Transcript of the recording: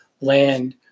land